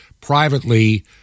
privately